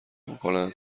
میکند